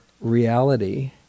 reality